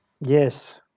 Yes